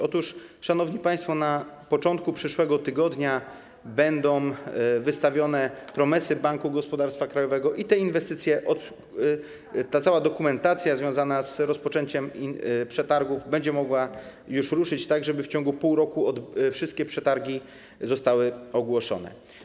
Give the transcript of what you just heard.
Otóż, szanowni państwo, na początku przyszłego tygodnia będą wystawione promesy Banku Gospodarstwa Krajowego i cała dokumentacja związana z rozpoczęciem przetargów będzie mogła już ruszyć, tak żeby w ciągu pół roku wszystkie przetargi zostały ogłoszone.